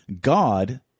God